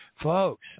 Folks